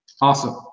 Awesome